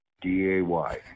D-A-Y